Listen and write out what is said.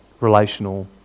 relational